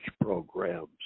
programs